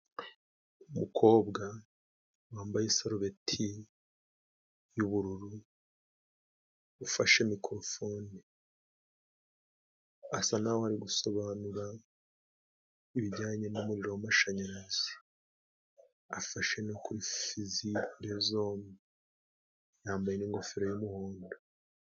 Umukobwa wambaye isarubeti yubururu, ufashe mikorofone. Asa naho ari gusobanura ibijyanye n'umuriro w'amashanyarazi. Afashe no kuri fizibure zombi, yambaye n'ingofero y'umuhondo.